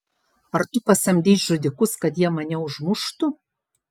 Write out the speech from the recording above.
ar tu pasamdei žudikus kad jie mane užmuštų